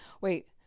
wait